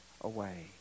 away